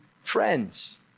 friends